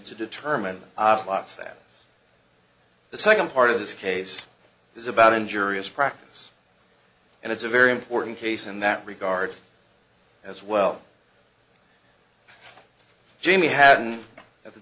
to determine that the second part of this case is about injurious practice and it's a very important case in that regard as well jamie hadn't at the